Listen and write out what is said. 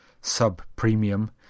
sub-premium